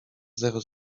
zero